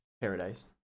Paradise